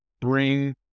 bring